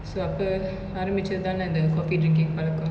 so அப ஆரம்பிச்சது தான இந்த:apa aarambichathu thaana intha coffee drinking பலக்கோ:palako